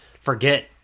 forget